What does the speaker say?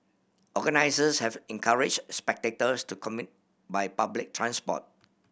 organisers have encouraged spectators to commute by public transport